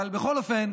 אבל בכל אופן,